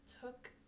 took